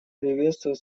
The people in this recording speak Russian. приветствует